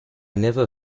never